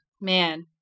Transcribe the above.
man